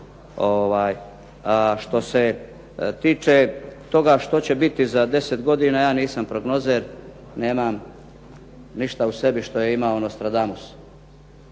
Što se tiče toga što će biti za 10 godina ja nisam prognozer, nemam ništa u sebi što je imao Nostradamus.